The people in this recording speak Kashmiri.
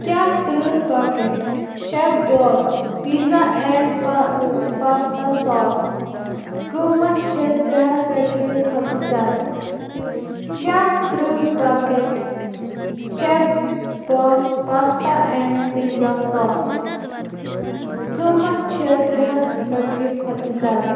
کیٛاہ تٕرٛہ پاکٮ۪ٹ شک باس پیٖزا اینٛڈ پاستا ساس قۭمَتھ چھےٚ ترٛےٚ ہَتھ رۄپیہِ کھۄتہٕ زیادٕ کیٛاہ تٕرٛہ پاکٮ۪ٹ شَک باس پاستا اینٛڈ پیٖزا ساس قۭمَتھ چھےٚ ترٛےٚ ہَتھ رۄپیہِ کھۄتہٕ زیادٕ